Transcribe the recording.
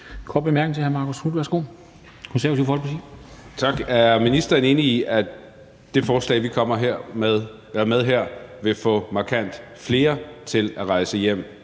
kort bemærkning til hr. Marcus Knuth. Værsgo.